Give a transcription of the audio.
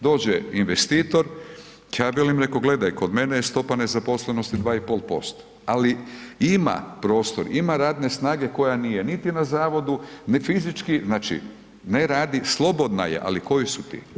Dođe investitor, ja velim, rekao, gledaj, kod mene je stopa nezaposlenosti 2,5%, ali ima prostor, ima radne snage koja nije niti na zavodu, ni fizički znači ne radi, slobodna je, ali koji su ti?